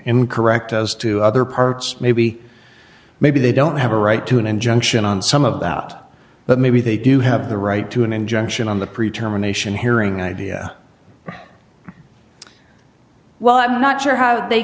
in correct as to other parts maybe maybe they don't have a right to an injunction on some of the out but maybe they do have the right to an injunction on the pre term anation hearing idea well i'm not sure how they